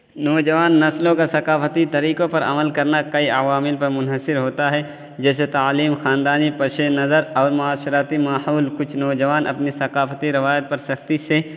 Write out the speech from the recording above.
نوجوان نسلوں کا ثقافتی طریقوں پر عمل کرنا کئی عوامل پر منحصر ہوتا ہے جیسے تعلیم خاندانی پیشِ نظر اور معاشرتی ماحول کچھ نوجوان اپنی ثقافتی روایت پر سختی سے